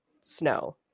snow